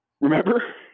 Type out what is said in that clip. Remember